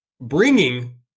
bringing